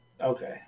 okay